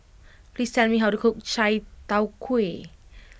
please tell me how to cook Chai Tow Kway